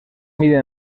mide